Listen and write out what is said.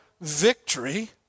victory